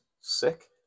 sick